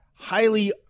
Highly